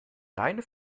deine